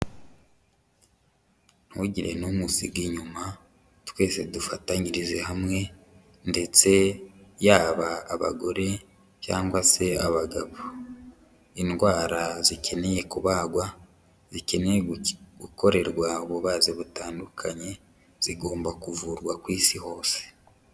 Ntugire n'umwe usiga inyuma twese dufatanyirize hamwe ndetse yaba abagore, cyangwa se abagabo. Indwara zikeneye kubagwa zikeneye gukorerwa ububazi butandukanye zigomba kuvurwa ku isi hose.